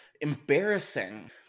embarrassing